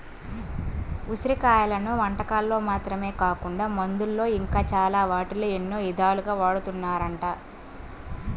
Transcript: ఉసిరి కాయలను వంటకాల్లో మాత్రమే కాకుండా మందుల్లో ఇంకా చాలా వాటిల్లో ఎన్నో ఇదాలుగా వాడతన్నారంట